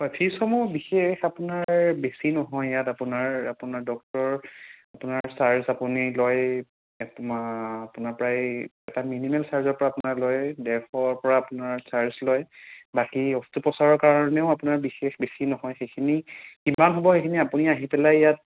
হয় ফীজসমূহ বিশেষ আপোনাৰ বেছি নহয় ইয়াত আপোনাৰ আপোনাৰ ডক্তৰ আপোনাৰ চাৰ্জ আপুনি লয় এক মাহ আপোনাৰ প্ৰায় এটা মিনিমাম চাৰ্জৰ পৰা আপোনাৰ লয় ডেৰশৰ পৰা আপোনাৰ চাৰ্জ লয় বাকী অষ্ট্ৰোপচাৰৰ কাৰণেও আপোনাৰ বিশেষ বেছি নহয় সেইখিনি কিমান হ'ব সেইখিনি আপুনি আহি পেলাই ইয়াত